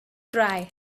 try